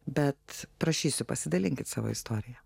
bet prašysiu pasidalinkit savo istorija